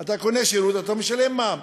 אתה קונה שירות אתה משלם מע"מ,